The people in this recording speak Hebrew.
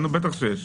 לנו בטח יש.